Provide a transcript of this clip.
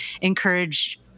encourage